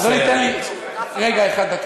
אדוני, תן לי רגע אחד, דקה.